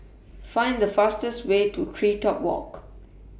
Find The fastest Way to Tree Top Walk